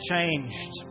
changed